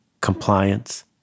compliance